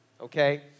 okay